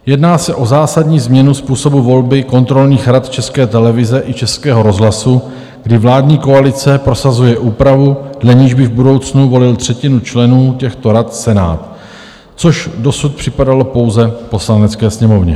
Jedná se o zásadní změnu způsobu volby kontrolních rad České televize i Českého rozhlasu, kdy vládní koalice prosazuje úpravu, dle níž by v budoucnu volil třetinu členů těchto rad Senát, což dosud připadalo pouze Poslanecké sněmovně.